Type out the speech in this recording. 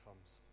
comes